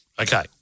Okay